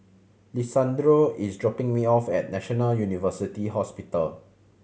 Lisandro is dropping me off at National University Hospital